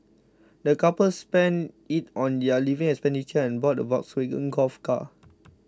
the couple spent it on their living expenditure and bought a Volkswagen Golf car